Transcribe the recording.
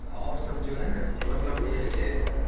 اور سب جو ہے نا مطلب یہ ہے کہ